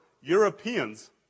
Europeans